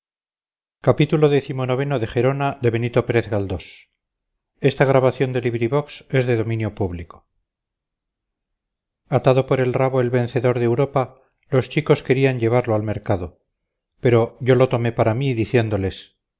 badoret atado por el rabo el vencedor de europa los chicos querían llevarlo al mercado pero yo lo tomé para mí diciéndoles